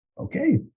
okay